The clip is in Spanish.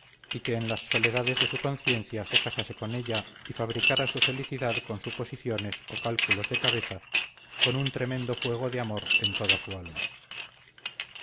y que en las soledades de su conciencia se casase con ella y fabricara su felicidad con suposiciones o cálculos de cabeza con un tremendo fuego de amor en toda su alma